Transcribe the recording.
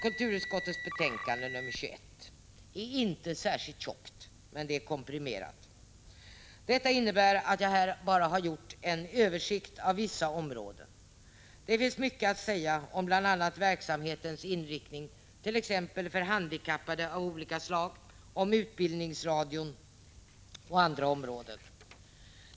Kulturutskottets betänkande nr 21 är inte särskilt tjockt, men det är komprimerat. Detta innebär att jag här bara har gjort en översikt av vissa områden. Det finns mycket att säga om bl.a. verksamhetens inriktning på t.ex. handikappade av olika slag, utbildningsradion och andra områden.